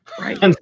Right